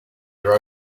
your